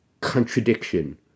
contradiction